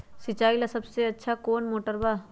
सिंचाई ला सबसे अच्छा मोटर कौन बा?